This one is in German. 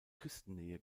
küstennähe